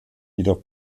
jedoch